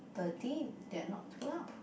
thirteen there're not twelve